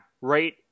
right